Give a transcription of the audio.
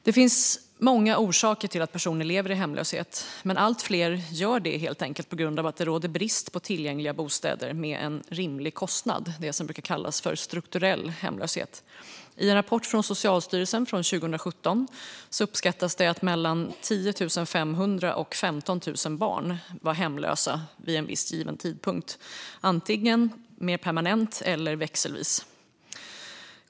Det finns många orsaker till att personer lever i hemlöshet, men allt fler gör det på grund av att det helt enkelt råder brist på tillgängliga bostäder till en rimlig kostnad, så kallad strukturell hemlöshet. I en rapport av Socialstyrelsen från 2017 uppskattas att mellan 10 500 och 15 000 barn var hemlösa vid en given tidpunkt, antingen mer permanent eller växelvis.